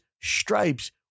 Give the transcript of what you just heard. stripes